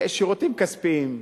שירותים כספיים,